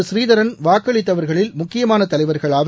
ஸ்ரீதரன் வாக்களித்தவர்களில் முக்கியமான தலைவர்கள் ஆவர்